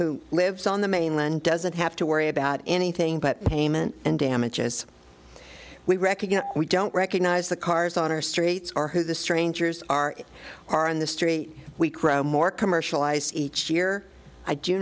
who lives on the mainland doesn't have to worry about anything but payment and damages we recognize we don't recognize the cars on our streets or who the strangers are are on the street we grow more commercialised each year i do